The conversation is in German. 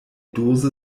dose